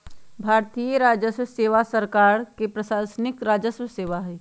भारतीय राजस्व सेवा भारत सरकार के प्रशासनिक राजस्व सेवा हइ